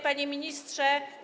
Panie Ministrze!